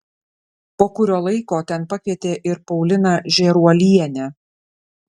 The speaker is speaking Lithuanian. po kurio laiko ten pakvietė ir pauliną žėruolienę